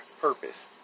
purpose